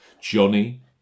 Johnny